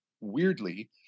weirdly